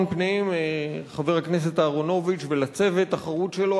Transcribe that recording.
פנים חבר הכנסת אהרונוביץ ולצוות החרוץ שלו.